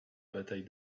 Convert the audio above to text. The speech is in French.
bataille